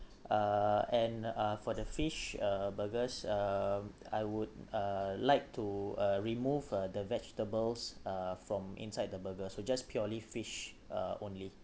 uh and uh for the fish uh burgers uh I would uh like to uh remove uh the vegetables uh from inside the burger so just purely fish uh only